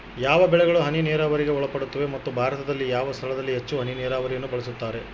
ಯಾವ ಬೆಳೆಗಳು ಹನಿ ನೇರಾವರಿಗೆ ಒಳಪಡುತ್ತವೆ ಮತ್ತು ಭಾರತದಲ್ಲಿ ಯಾವ ಸ್ಥಳದಲ್ಲಿ ಹೆಚ್ಚು ಹನಿ ನೇರಾವರಿಯನ್ನು ಬಳಸುತ್ತಾರೆ?